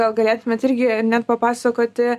gal galėtumėt irgi net papasakoti